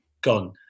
gone